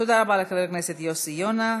תודה רבה לחבר הכנסת יוסי יונה.